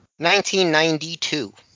1992